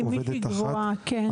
עם מישהי קבועה, כן.